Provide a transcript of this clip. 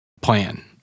plan